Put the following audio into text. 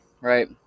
right